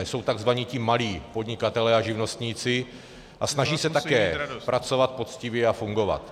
Jsou takzvaní ti malí podnikatelé a živnostníci a snaží se také pracovat poctivě a fungovat.